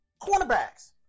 cornerbacks